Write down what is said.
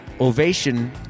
ovation